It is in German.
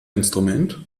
instrument